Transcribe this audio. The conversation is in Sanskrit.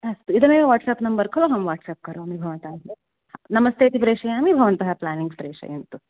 अस्तु इदमेव वाट्सप् नम्बर् खलु अहं वाट्सप् करोमि भवतां नमस्ते इति प्रेषयामि भवन्तः प्लेनिङ्ग्स् प्रेषयन्तु